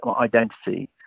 identity